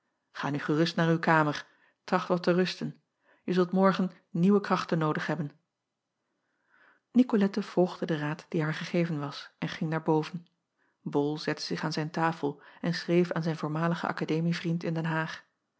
a nu gerust naar uw kamer tracht wat te rusten je zult morgen nieuwe krachten noodig hebben icolette volgde den raad die haar gegeven was en ging naar boven ol zette zich aan zijn tafel en schreef aan zijn voormaligen akademievriend in den aag